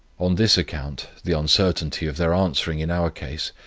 on this account, the uncertainty of their answering in our case,